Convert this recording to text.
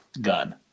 gun